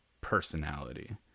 personality